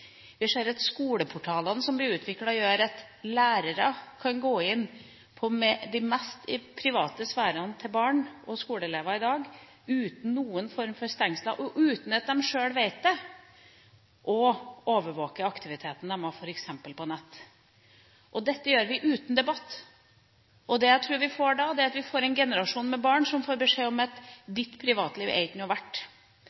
ser at skoleportalene som blir utviklet, gjør at lærere kan gå inn på de mest private sfærene til skoleelever i dag uten noen form for stengsler, uten at elevene sjøl vet det, og overvåke aktiviteten de f.eks. har på nett. Dette gjør vi uten debatt. Det jeg tror vi får da, er en generasjon med barn som får beskjed om at